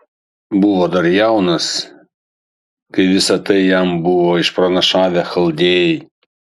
buvo dar jaunas kai visa tai jam buvo išpranašavę chaldėjai